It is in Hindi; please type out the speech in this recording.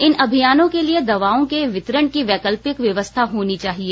इन अभियानों के लिए दवाओं के वितरण की वैकल्पिक व्यवस्था होनी चाहिए